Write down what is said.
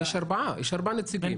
יש ארבעה נציגים.